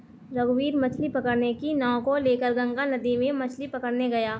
रघुवीर मछ्ली पकड़ने की नाव को लेकर गंगा नदी में मछ्ली पकड़ने गया